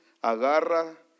agarra